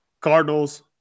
Cardinals